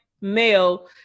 male